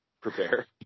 prepare